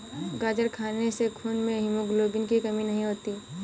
गाजर खाने से खून में हीमोग्लोबिन की कमी नहीं होती